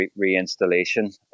reinstallation